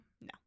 No